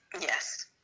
Yes